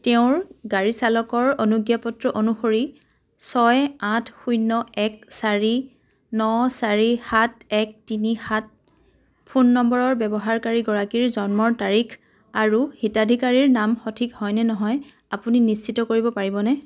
তেওঁৰ গাড়ীচালকৰ অনুজ্ঞা পত্ৰ অনুসৰি ছয় আঠ শূন্য এক চাৰি ন চাৰি সাত এক তিনি সাত ফোন নম্বৰৰ ব্যৱহাৰকাৰী গৰাকীৰ জন্মৰ তাৰিখ আৰু হিতাধিকাৰীৰ নাম সঠিক হয়নে নহয় আপুনি নিশ্চিত কৰিব পাৰিবনে